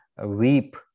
weep